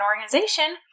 organization